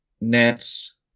Nets